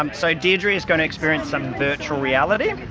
um so deirdre is going to experience some virtual reality.